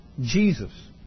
Jesus